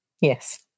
Yes